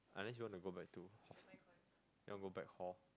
unless you want to go back to hostel you want to go back hall